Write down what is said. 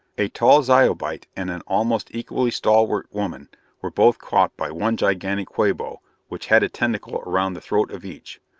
a tall zyobite and an almost equally stalwart woman were both caught by one gigantic quabo which had a tentacle around the throat of each.